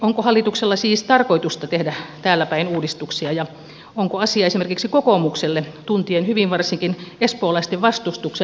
onko hallituksella siis tarkoitusta tehdä täälläpäin uudistuksia ja onko asia esimerkiksi kokoomukselle poliittisesti liian herkkä tuntien hyvin varsinkin espoolaisten vastustuksen